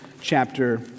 chapter